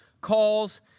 calls